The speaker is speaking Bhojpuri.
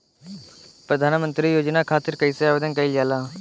प्रधानमंत्री योजना खातिर कइसे आवेदन कइल जाला?